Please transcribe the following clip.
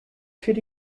could